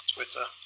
Twitter